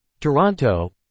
Toronto